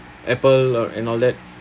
apple uh and all that